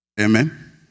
Amen